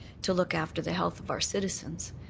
to look after the health of our citizens,